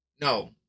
No